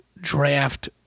draft